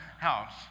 house